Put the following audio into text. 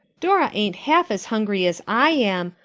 dora ain't half as hungry as i am.